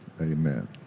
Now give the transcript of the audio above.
Amen